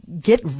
get